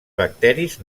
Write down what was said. bacteris